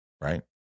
right